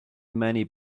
many